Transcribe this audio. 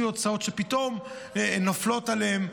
של כיסוי הוצאות שפתאום נופלות עליהם.